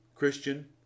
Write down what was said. Christian